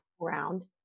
round